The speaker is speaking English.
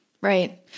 Right